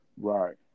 Right